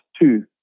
two